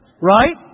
Right